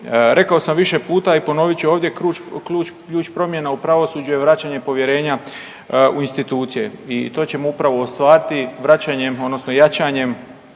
Rekao sam više puta i ponovit ću ovdje, ključ promjena u pravosuđu je vraćanje povjerenja u institucije i to ćemo upravo ostvariti vraćanjem, odnosno jačanjem